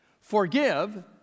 Forgive